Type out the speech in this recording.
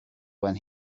when